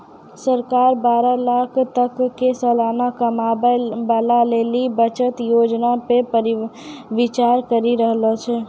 सरकार बारह लाखो तक के सलाना कमाबै बाला लेली बचत योजना पे विचार करि रहलो छै